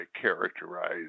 characterize